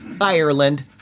Ireland